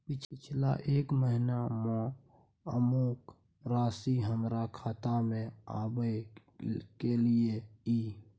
पिछला एक महीना म अमुक राशि हमर खाता में आबय कैलियै इ?